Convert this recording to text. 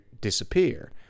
disappear